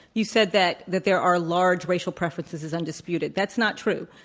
you said that, that there are large racial preferences is undisputed. that's not true.